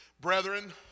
brethren